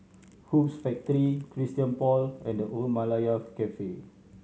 Hoops Factory Christian Paul and The Old Malaya Cafe